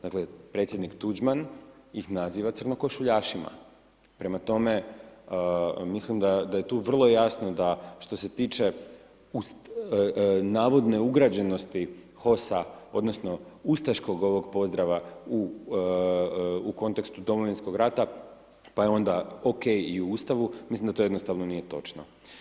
Dakle, predsjednik Tuđman ih naziva crnokošuljacima, prema tome mislim da je tu vrlo jasno, da što se tiče navodne ugrađenosti HOS-a odnosno ustaškog ovog pozdrava u kontekstu Domovinskog rata, pa je onda ok i u Ustavu, mislim da to jednostavno nije točno.